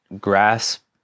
grasp